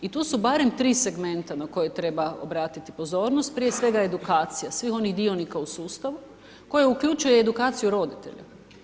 I tu su barem 3 segmenta na koje treba obratiti pozornost, prije svega edukacija, svih onih dionika u sustavu koje uključuje edukaciju roditelja.